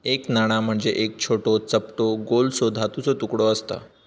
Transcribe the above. एक नाणा म्हणजे एक छोटो, चपटो गोलसो धातूचो तुकडो आसता